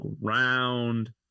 round